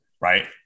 right